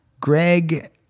Greg